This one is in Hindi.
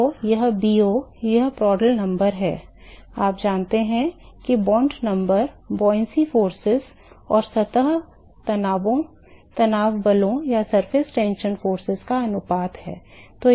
तो वह Bo यह प्रांदल संख्या है आप जानते हैं कि बॉन्ड संख्या उत्प्लावकता बलों और सतह तनाव बलों का अनुपात है